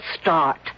start